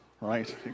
Right